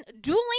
dueling